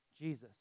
Jesus